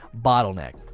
bottleneck